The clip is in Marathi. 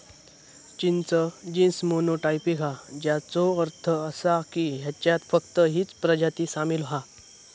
चिंच जीन्स मोनो टायपिक हा, ज्याचो अर्थ असा की ह्याच्यात फक्त हीच प्रजाती सामील हा